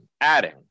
adding